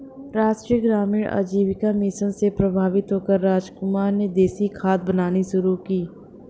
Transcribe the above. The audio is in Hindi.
राष्ट्रीय ग्रामीण आजीविका मिशन से प्रभावित होकर रामकुमार ने देसी खाद बनानी शुरू की